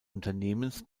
unternehmens